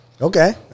Okay